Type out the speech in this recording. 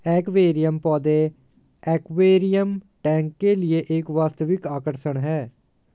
aquarium पौधे aquarium tank के लिए एक वास्तविक आकर्षण है